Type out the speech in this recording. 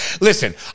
Listen